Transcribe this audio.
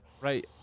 right